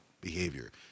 behavior